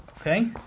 Okay